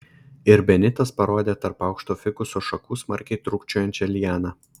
ir benitas parodė tarp aukšto fikuso šakų smarkiai trūkčiojančią lianą